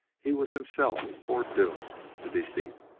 he was himself foredoomed to defeat.